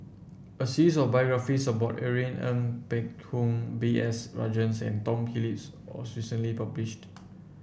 a series of biographies about Irene Ng Phek Hoong B S Rajhans and Tom Phillips was recently published